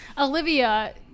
olivia